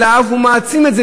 אלא הוא אף מעצים את זה,